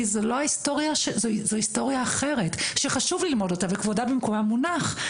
כי זה היסטוריה אחרת שחשוב ללמוד אותה וכבודה במקומה מונח,